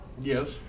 Yes